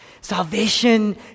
Salvation